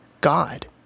god